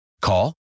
Call